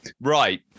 right